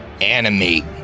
animate